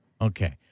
Okay